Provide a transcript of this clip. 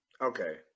Okay